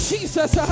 Jesus